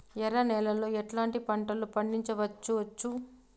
ఎర్ర నేలలో ఎట్లాంటి పంట లు పండించవచ్చు వచ్చు?